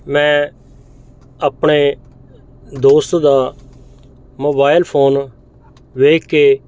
ਮੈਂ ਆਪਣੇ ਦੋਸਤ ਦਾ ਮੋਬਾਇਲ ਫੋਨ ਵੇਖ ਕੇ